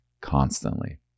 constantly